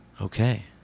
Okay